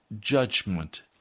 judgment